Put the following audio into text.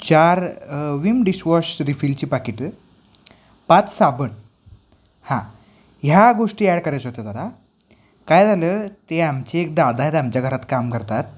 चार Vim dishwash रिफिलची पाकिटं पाच साबण हां ह्या गोष्टी ॲड करायच्या होत्या दादा काय झालं ते आमचे एक दादा आहेत आमच्या घरात काम करतात